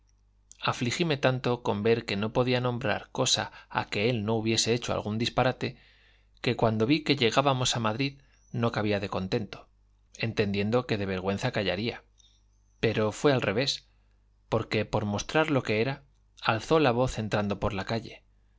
ellos afligíme tanto con ver que no podía nombrar cosa a que él no hubiese hecho algún disparate que cuando vi que llegábamos a madrid no cabía de contento entendiendo que de vergüenza callaría pero fue al revés porque por mostrar lo que era alzó la voz entrando por la calle